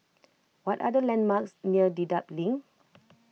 what are the landmarks near Dedap Link